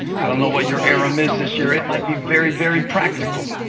i don't know what your aram is this year. it might be very, very practical,